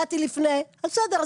אז בסדר,